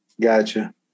Gotcha